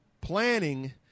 planning